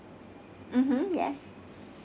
mmhmm yes